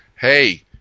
Hey